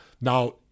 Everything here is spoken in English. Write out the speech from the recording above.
Now